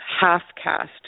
half-cast